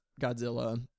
Godzilla